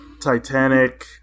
Titanic